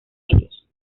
ellos